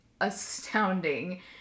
astounding